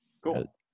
Cool